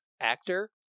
actor